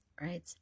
Right